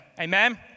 Amen